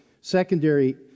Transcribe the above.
secondary